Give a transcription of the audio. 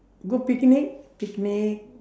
go picnic picnic